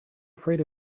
afraid